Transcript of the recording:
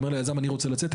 אומר ליזם שהוא רוצה לצאת.